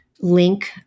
link